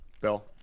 Bill